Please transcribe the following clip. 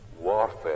warfare